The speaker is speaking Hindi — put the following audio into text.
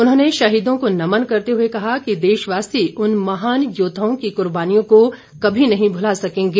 उन्होंने शहीदों को नमन करते हुए कहा कि देशवासी उन महान योद्वाओं की कुर्बानियों को कभी नहीं भुला सकेंगे